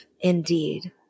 Indeed